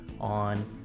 on